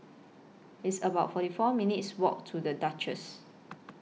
It's about forty four minutes' Walk to The Duchess